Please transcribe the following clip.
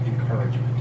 encouragement